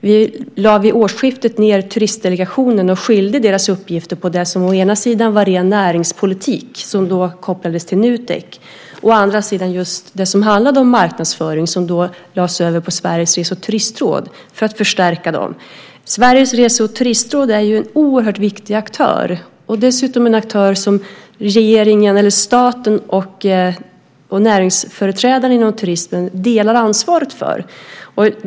Vi lade vid årsskiftet ned Turistdelegationen och skilde dess uppgifter på det som å ena sidan var ren näringspolitik, som kopplades till Nutek, och å andra sidan det som handlade om marknadsföring, som lades över på Sveriges Rese och Turistråd för att förstärka det. Sveriges Rese och Turistråd är en oerhört viktig aktör. Det är dessutom en aktör som staten och näringsföreträdarna inom turismen delar ansvaret för.